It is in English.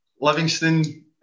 Livingston